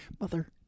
mother